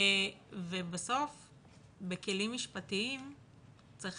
ובסוף בכלים משפטיים צריך